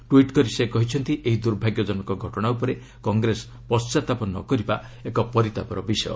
tweet କରି ସେ କହିଛନ୍ତି ଏହି ଦୁର୍ଭାଗ୍ୟଜନକ ଘଟଣା ଉପରେ କଂଗ୍ରେସ ପଣ୍ଟାତାପ ନ କରିବା ଏକ ପରିତାପର ବିଷୟ